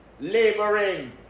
laboring